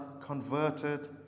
converted